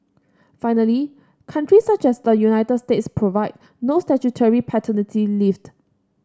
finally countries such as the United States provide no statutory paternity leaved